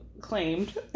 claimed